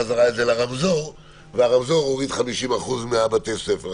חזרה לרמזור והרמזור הוריד 50% מבתי הספר.